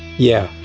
yeah,